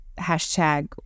hashtag